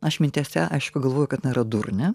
aš mintyse aišku galvoju kad jinai yra durnė